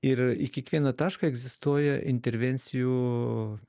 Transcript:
ir į kiekvieną tašką egzistuoja intervencijų